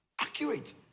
accurate